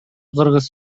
кыргыз